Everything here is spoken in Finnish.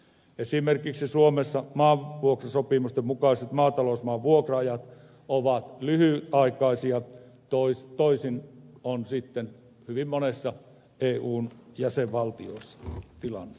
esimerkiksi suomessa maanvuokrasopimusten mukaiset maatalousmaan vuokra ajat ovat lyhytaikaisia toisin on hyvin monessa eun jäsenvaltiossa tilanne